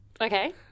Okay